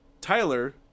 Tyler